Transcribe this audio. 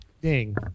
Ding